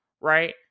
Right